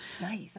Nice